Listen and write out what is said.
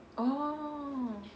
orh